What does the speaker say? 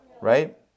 Right